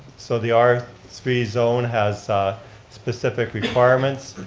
so the r three zone has specific requirements,